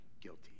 guilty